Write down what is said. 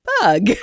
Bug